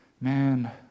man